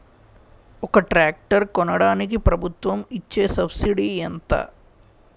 ఒక ట్రాక్టర్ కొనడానికి ప్రభుత్వం ఇచే సబ్సిడీ ఎంత?